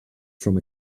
from